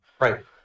right